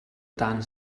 dan